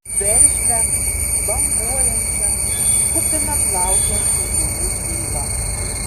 veržlią banguojančią kupiną plaukiojančių žuvų tylą